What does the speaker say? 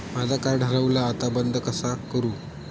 माझा कार्ड हरवला आता बंद कसा करू?